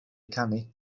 canu